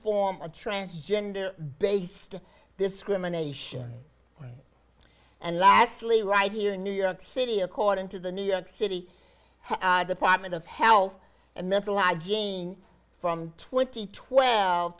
form of transgender based discrimination and lastly right here in new york city according to the new york city department of health and mental hygiene from twenty twelve